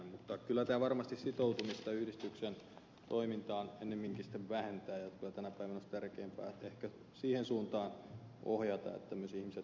mutta kyllä tämä varmasti sitoutumista yhdistyksen toimintaan enemmänkin vähentää ja kyllä tänä päivänä olisi tärkeämpää siihen suuntaan ohjata että ihmiset osallistuisivat näihin